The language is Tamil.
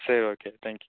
சரி ஓகே தேங்க் யூ